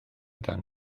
dan